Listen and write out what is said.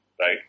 right